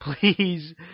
please